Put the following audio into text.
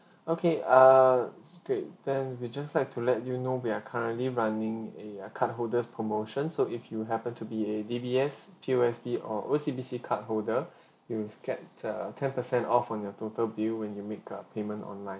okay err s~ great then we just like to let you know we are currently running a a card holders promotions so if you happen to be a D_B_S P_O_S_B or O_C_B_C card holder you will get a ten percent off on your total bill when you make a payment online